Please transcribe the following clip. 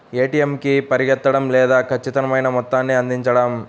ATM కి పరిగెత్తడం లేదా ఖచ్చితమైన మొత్తాన్ని అందించడం